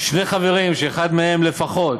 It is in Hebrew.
שני חברים, שאחד מהם לפחות,